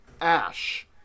Ash